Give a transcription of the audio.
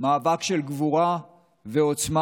מאבק של גבורה ועוצמה,